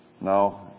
No